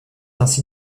ainsi